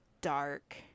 dark